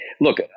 Look